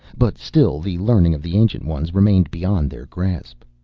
but still the learning of the ancient ones remained beyond their grasp.